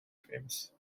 famous